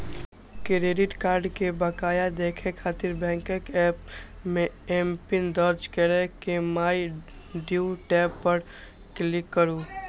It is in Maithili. क्रेडिट कार्ड के बकाया देखै खातिर बैंकक एप मे एमपिन दर्ज कैर के माइ ड्यू टैब पर क्लिक करू